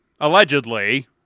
allegedly